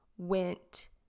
Went